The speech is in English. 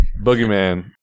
Boogeyman